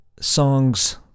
songs